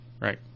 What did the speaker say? Right